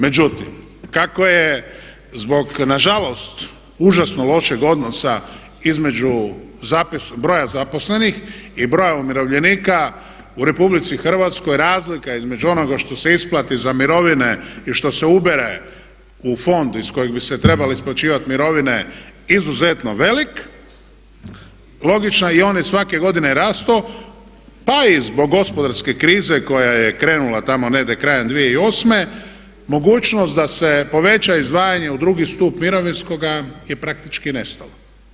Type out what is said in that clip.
Međutim kako je zbog nažalost užasno lošeg odnosa između broja zaposlenih i broja umirovljenika u RH, razlika između onoga što se isplati za mirovine i što se ubere u fond iz kojeg bi se trebale isplaćivati mirovine izuzetno velik, logično i on je svake godine rastao pa i zbog gospodarske krize koja je krenula tamo negdje 2008. mogućnost da se poveća izdvajanje u drugi stup mirovinskoga je praktički nestao.